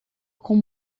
com